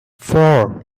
four